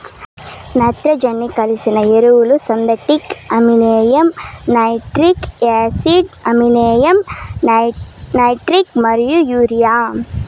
నత్రజని కలిగిన ఎరువులు synthetic ammonia, nitric acid, ammonium nitrate మరియు యూరియా